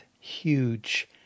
huge